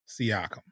Siakam